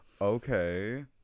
okay